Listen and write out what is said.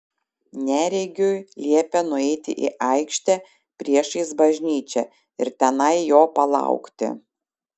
neregiui liepė nueiti į aikštę priešais bažnyčią ir tenai jo palaukti